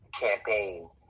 campaign